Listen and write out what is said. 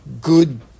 good